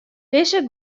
dizze